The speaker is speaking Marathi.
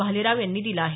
भालेराव यांनी दिला आहे